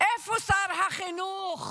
איפה שר החינוך?